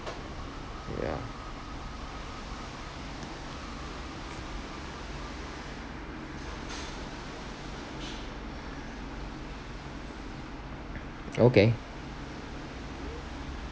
yeah okay